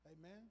Amen